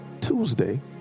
Tuesday